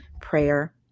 prayer